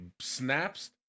snaps